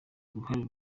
uruhare